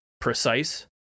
precise